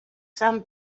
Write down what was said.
some